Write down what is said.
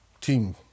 team